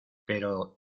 pero